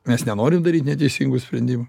mes nenorim daryt neteisingų sprendimų